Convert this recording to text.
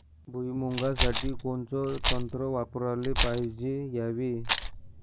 भुइमुगा साठी कोनचं तंत्र वापराले पायजे यावे?